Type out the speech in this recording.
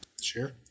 Sure